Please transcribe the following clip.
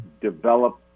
develop